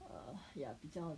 err yeah 比较